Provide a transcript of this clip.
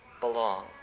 belong